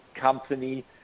company